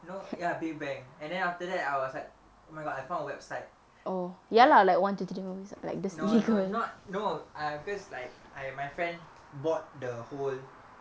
no ya big bang and then after that I was like oh my god I found a website like no no not not no err because like I my friend bought the whole